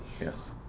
yes